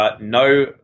No